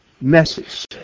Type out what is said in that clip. message